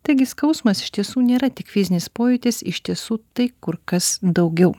taigi skausmas iš tiesų nėra tik fizinis pojūtis iš tiesų tai kur kas daugiau